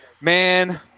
man